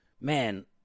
man